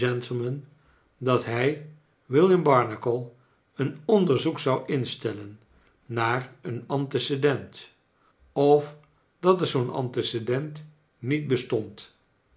dat bij william barnacle een onderzoek zou instellen naar een antecedent of dat er zoo'n antecedent niet bestond